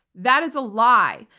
that is a lie.